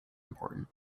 important